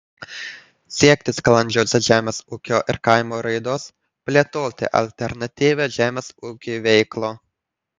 siekti sklandžios žemės ūkio ir kaimo raidos plėtoti alternatyvią žemės ūkiui veiklą